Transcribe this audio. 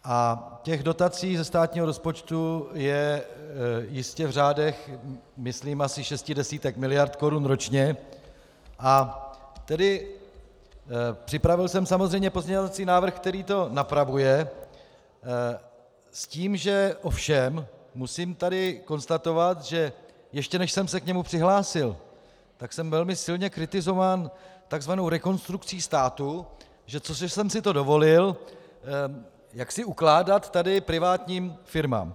A dotací ze státního rozpočtu je jistě v řádech, myslím, asi šesti desítek miliard korun ročně, a tedy připravil jsem samozřejmě poznávací návrh, který to napravuje, s tím, že ovšem musím tady konstatovat, že ještě než jsem se k němu přihlásil, tak jsem velmi silně kritizován tzv. Rekonstrukcí státu, co jsem si to dovolil, jaksi ukládat tady privátním firmám.